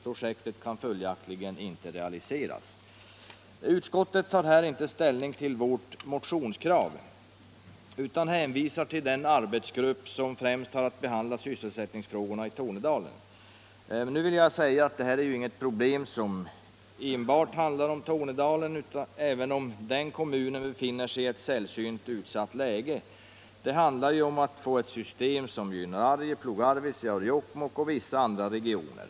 Projektet kan följaktligen ej realiseras.” Utskottet tar här inte ställning till vårt motionskrav utan hänvisar till den arbetsgrupp som främst har att behandla sysselsättningsfrågorna i Tornedalen. Nu vill jag säga att det här inte är något problem som enbart handlar om Tornedalen även om den kommunen befinner sig i ett sällsynt utsatt läge. Det handlar om att få ett system som också gynnar Arjeplog, Arvidsjaur, Jokkmokk och vissa andra regioner.